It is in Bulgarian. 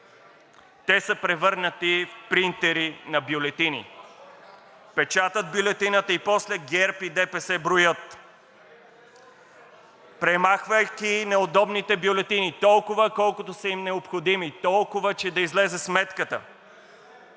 Те са превърнати в принтери на бюлетини – печатат бюлетината и после ГЕРБ и ДПС броят, премахвайки неудобните бюлетини – толкова, колкото са им необходими, толкова, че да излезе сметката.